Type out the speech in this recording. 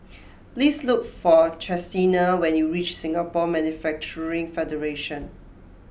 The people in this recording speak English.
please look for Chestina when you reach Singapore Manufacturing Federation